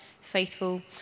faithful